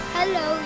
Hello